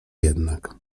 jednak